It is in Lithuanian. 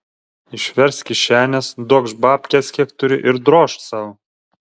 išversk kišenes duokš babkes kiek turi ir drožk sau